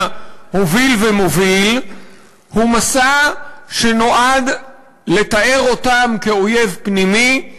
הוביל ומוביל הוא מסע שנועד לתאר אותם כאויב פנימי,